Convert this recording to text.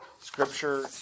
Scripture